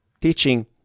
Teaching